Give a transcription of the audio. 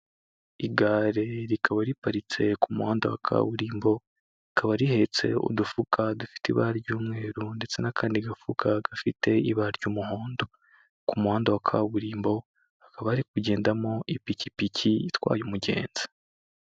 Igare rikaba riparitse ku muhanda wa kaburimbo, rikaba rihetse udufuka dufite ibara ry'umweru ndetse n'akandi gafuka gafite ibara ry'umuhondo, ku muhanda wa kaburimbo hakaba hari kugendamo ipikipiki itwaye umugenzi.